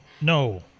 no